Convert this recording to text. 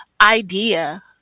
idea